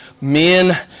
Men